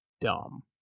dumb